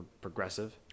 progressive